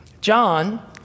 John